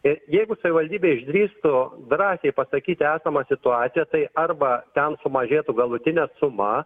ir jeigu savivaldybė išdrįstų drąsiai pasakyti esamą situaciją tai arba ten sumažėtų galutinė suma